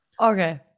Okay